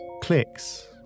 clicks